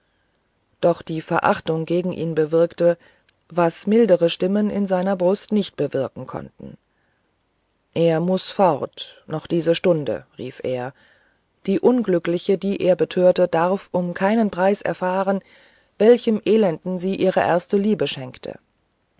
doch die verachtung gegen ihn bewirkte was mildere stimmen in seiner brust nicht bewirken konnten er muß fort noch diese stunde rief er die unglückliche die er betörte darf um keinen preis erfahren welchem elenden sie ihre erste liebe schenkte